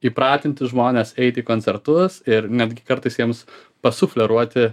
įpratinti žmones eiti į koncertus ir netgi kartais jiems pasufleruoti